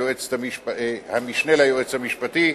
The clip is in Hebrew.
המשנה ליועצת המשפטית,